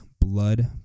blood